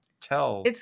tell